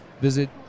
visit